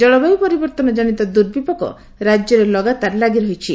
ଜଳବାୟୁ ପରିବର୍ତ୍ତନ ଜନିତ ଦୁର୍ବିପାକ ରାଜ୍ୟରେ ଲଗାତର ଲାଗି ରହିଛି